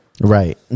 right